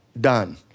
done